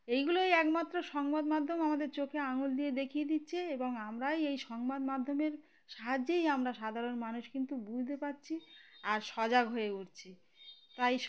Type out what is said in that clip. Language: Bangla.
এগুলোই একমাত্র সংবাদ মাধ্যম আমাদের চোখে আঙুল দিয়ে দেখিয়ে দিচ্ছে এবং আমরাই এই সংবাদ মাধ্যমের সাহায্যেই আমরা সাধারণ মানুষ কিন্তু বুঝতে পারছি আর সজাগ হয়ে উঠছি তাই